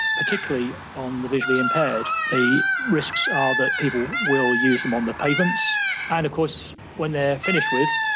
particularly on the visually impaired. the risks are that people will use them on the pavements and of course, when they're finished with,